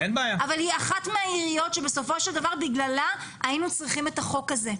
אבל היא אחת מהעיריות שבסופו של דבר בגללה היינו צריכים את החוק הזה.